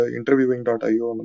Interviewing.io